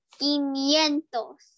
quinientos